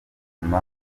bituma